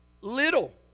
little